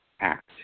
act